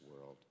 world